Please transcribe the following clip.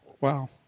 Wow